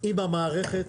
עם המערכת.